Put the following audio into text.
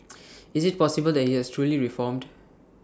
is IT possible that he has truly reformed